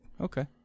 Okay